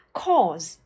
cause